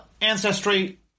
ancestry